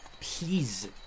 Please